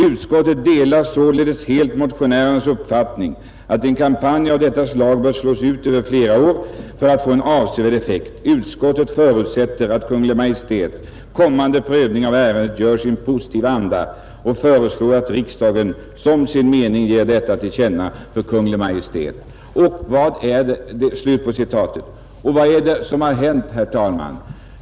Utskottet delar således helt motionärernas uppfattning att en kampanj av detta slag bör slås ut över flera år för att få avsedd effekt. Utskottet förutsätter att Kungl. Maj:ts kommande prövning av ärendet görs i en positiv anda och föreslår att riksdagen som sin mening ger detta till känna för Kungl. Maj:t.” Och vad är det som har hänt, herr talman?